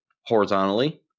horizontally